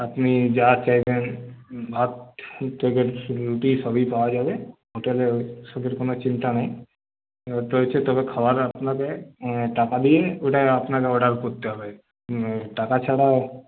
আপনি যা চাইবেন ভাত থেকে রুটি সবই পাওয়া যাবে হোটেলে ওসবের কোন চিন্তা নাই তবে খাবার আপনাকে টাকা দিয়ে ওটা আপনাকে অর্ডার করতে হবে টাকা ছাড়া